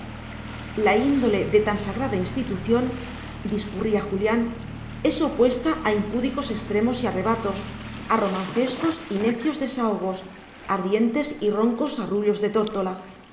la índole de tan sagrada institución discurría julián es opuesta a impúdicos extremos y arrebatos a romancescos y necios desahogos ardientes y roncos arrullos de tórtola